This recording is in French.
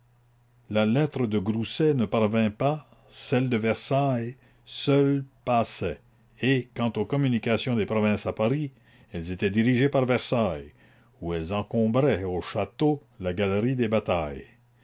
la lettre de grousset ne parvint pas celles de versailles seules passaient et quant aux communications des provinces à paris elles étaient dirigées sur versailles où elles encombraient au château la galerie des batailles